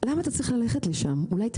למה אתה צריך ללכת לשם אולי תוותר?